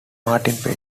martin